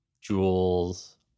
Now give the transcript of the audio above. jewels